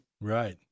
Right